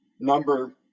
number